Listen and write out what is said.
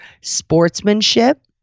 sportsmanship